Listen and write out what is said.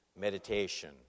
meditation